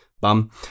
bum